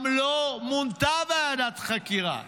גם לא מונתה ועדת חקירה.